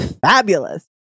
fabulous